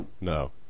No